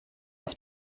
auf